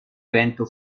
evento